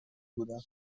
بودم